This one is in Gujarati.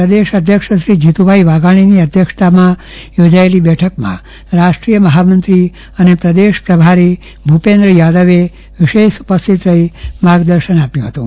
પ્રદેશ અધ્યક્ષ શ્રી જીતુભાઈ વાઘાજીની અધ્યક્ષતામાં યોજાયેલી બેઠકમાં રાષ્ટ્રીય મહામંત્રી અને પ્રદેશ પ્રભારી શ્રી ભૂપેન્દ્ર યાદવે વિશેષ ઉપસ્થિત રહી માર્ગદર્શન આપ્યું હતું